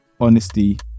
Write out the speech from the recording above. honesty